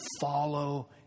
follow